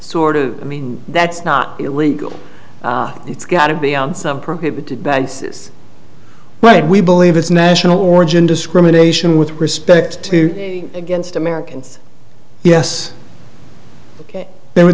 sort of i mean that's not illegal it's got to be on some prohibited balances right we believe it's national origin discrimination with respect to against americans yes there were